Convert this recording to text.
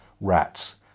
rats